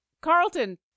Carlton